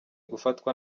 gufatwa